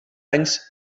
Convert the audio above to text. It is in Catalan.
anys